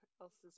else's